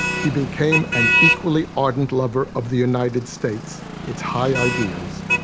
he became an equally ardent lover of the united states, its high ideals,